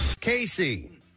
Casey